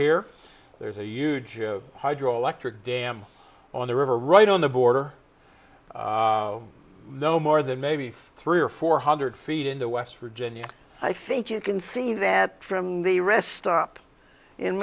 here there's a huge hydroelectric dam on the river right on the border no more than maybe three or four hundred feet in the west virginia i think you can see that from the rest stop in